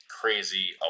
crazy